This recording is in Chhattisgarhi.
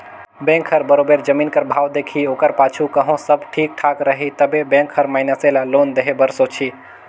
बेंक हर बरोबेर जमीन कर भाव देखही ओकर पाछू कहों सब ठीक ठाक रही तबे बेंक हर मइनसे ल लोन देहे बर सोंचही